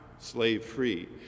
slave-free